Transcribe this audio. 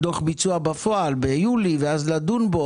דוח ביצוע בפועל ביולי ואז לדון בו,